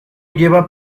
lleva